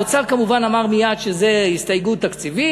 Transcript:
האוצר כמובן אמר מייד שזו הסתייגות תקציבית.